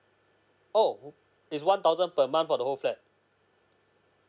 oh it's one thousand per month for the whole flat